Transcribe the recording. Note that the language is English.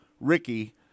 Ricky